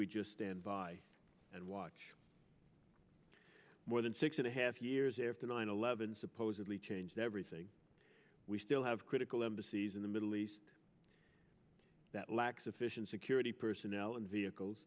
we just stand by and watch more than six and a half years after nine eleven supposedly changed everything we still have critical embassies in the middle east that lack sufficient security personnel and vehicles